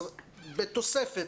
אז בתוספת,